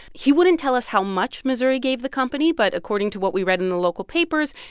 he wouldn't tell us how much missouri gave the company, but according to what we read in the local papers,